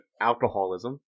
alcoholism